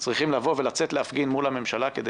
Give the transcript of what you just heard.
צריכים לצאת להפגין מול הממשלה כדי